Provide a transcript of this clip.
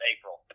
April